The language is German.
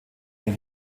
den